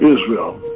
Israel